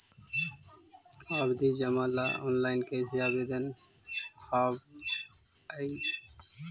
आवधि जमा ला ऑनलाइन कैसे आवेदन हावअ हई